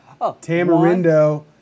Tamarindo